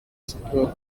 stroke